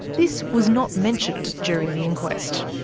this was not mentioned during the inquest.